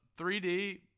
3D